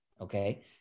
Okay